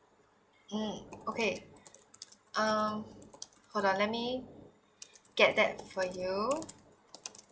mm okay um hold on let me get that for you